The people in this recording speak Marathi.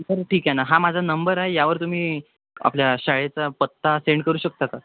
बरं ठीक आहे ना हा माझा नंबर आहे यावर तुम्ही आपल्या शाळेचा पत्ता सेंड करू शकता का